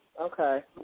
Okay